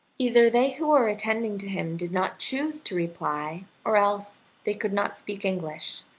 either they who were attending to him did not choose to reply, or else they could not speak english,